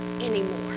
anymore